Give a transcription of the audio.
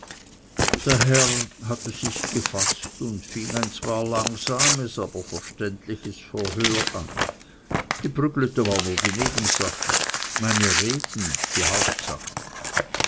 der herr hatte sich gefaßt und fing ein zwar langsames aber verständliches verhör an die prügelte war nur die nebensache meine reden die hauptsache